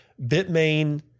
Bitmain